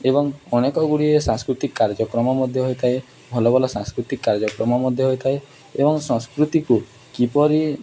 ଏବଂ ଅନେକ ଗୁଡ଼ିଏ ସାଂସ୍କୃତିକ୍ କାର୍ଯ୍ୟକ୍ରମ ମଧ୍ୟ ହୋଇଥାଏ ଭଲ ଭଲ ସାଂସ୍କୃତିକ୍ କାର୍ଯ୍ୟକ୍ରମ ମଧ୍ୟ ହୋଇଥାଏ ଏବଂ ସଂସ୍କୃତିକୁ କିପରି